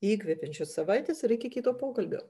įkvepiančios savaitės iki kito pokalbio